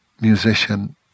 musician